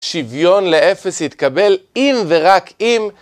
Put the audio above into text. שוויון לאפס יתקבל, אם ורק אם.